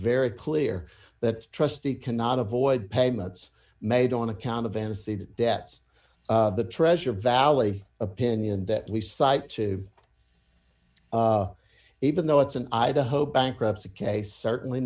very clear that trustee cannot avoid payments made on account of aniseed debts the treasure valley opinion that we cite to even though it's an idaho bankruptcy case certainly